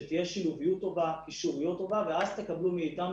שתהיה שילוביות טובה וקישוריות טובה ואז תקבלו מאתנו